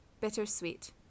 bittersweet